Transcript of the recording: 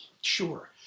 Sure